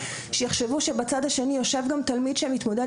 שיחשבו שבצד השני יושב גם תלמיד שמתמודד